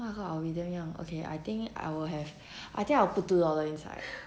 my god I'll be damm young okay I think I will have I think I'll put two dollar inside